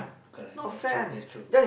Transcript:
correct that's true that's true